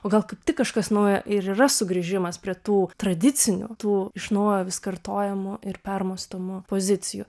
o gal kaip tik kažkas naujo ir yra sugrįžimas prie tų tradicinių tų iš naujo vis kartojamų ir permąstomu pozicijų